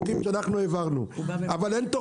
אם תיתן לו אופציה והוא לא יעמוד בזה אין שום